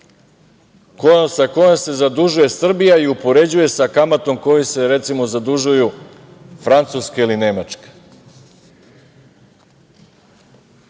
sa kojom se zadužuje Srbija i upoređuje sa kamatom kojom se, recimo, zadužuju Francuska ili Nemačka.